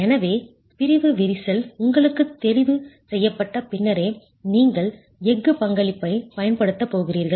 எனவே பிரிவு விரிசல் உங்களுக்குத் தெரிவு செய்யப்பட்ட பின்னரே நீங்கள் எஃகு பங்களிப்பைப் பயன்படுத்தப் போகிறீர்கள்